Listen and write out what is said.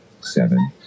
seven